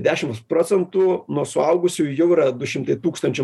dešims procentų nuo suaugusiųjų jau yra du šimtai tūkstančių